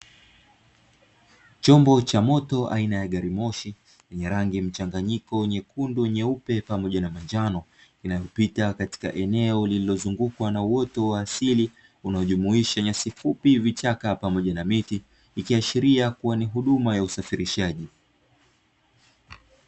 Chombo cha moto aina ya gari moshi yenye rangi mchanganyiko nyekundu, nyeupe pamoja na manjano inayopita katika eneo lililozungukwa na uwoto wa asili unajumuisha nyasi fupi vichaka pamoja na miti ikiashiria kuwa ni huduma ya usafirishaji